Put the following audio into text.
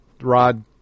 Rod